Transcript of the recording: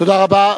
תודה רבה.